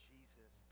Jesus